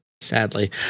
sadly